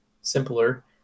simpler